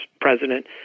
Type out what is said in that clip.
president